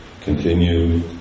continue